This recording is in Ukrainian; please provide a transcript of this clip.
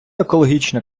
екологічна